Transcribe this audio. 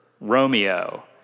Romeo